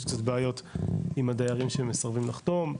קצת בעיות עם הדיירים שמסרבים לחתום,